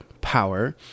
power